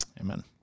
Amen